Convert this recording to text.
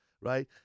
right